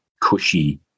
cushy